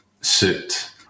suit